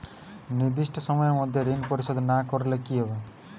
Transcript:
নির্দিষ্ট সময়ে মধ্যে ঋণ পরিশোধ না করলে কি হবে?